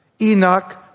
Enoch